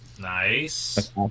nice